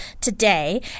today